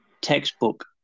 textbook